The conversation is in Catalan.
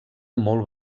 molt